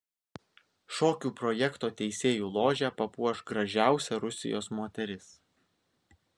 šokių projekto teisėjų ložę papuoš gražiausia rusijos moteris